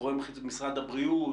גורם ממשרד הבריאות?